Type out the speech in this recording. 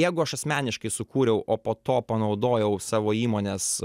jeigu aš asmeniškai sukūriau o po to panaudojau savo įmonės